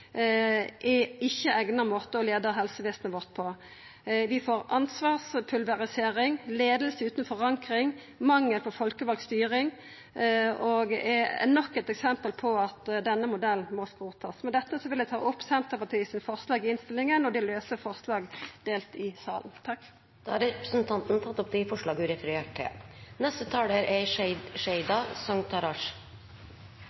eigna måte å leia helsevesenet vårt på. Vi får ansvarspulverisering, leiing utan forankring og mangel på folkevald styring, som er nok eit eksempel på at denne modellen må skrotast. Med dette vil eg ta opp dei forslaga Senterpartiet har i innstillinga, saman med SV, og dei forslaga vi har saman med SV og Raudt, som er omdelte i salen. Representanten Kjersti Toppe har tatt opp de forslagene hun refererte til.